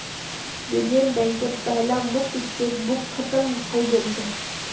union बैंकेर पहला मुक्त चेकबुक खत्म हइ गेल छ